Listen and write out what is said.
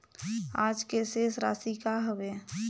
आज के शेष राशि का हवे?